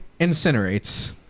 incinerates